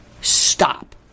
Stop